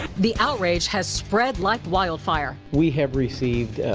the outrage has spread like wildfire. we have received